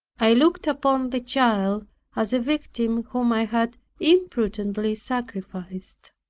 i looked upon the child as a victim whom i had imprudently sacrificed.